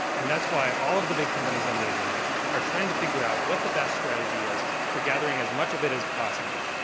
and that's why all of the big companies on the internet are trying to figure out what the best strategy is for gathering as much of it as possible.